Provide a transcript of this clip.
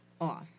off